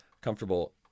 comfortable